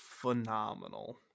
phenomenal